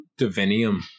Divinium